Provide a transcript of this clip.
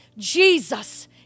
Jesus